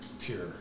pure